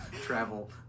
travel